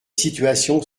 situations